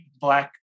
black